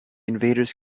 invaders